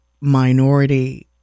minority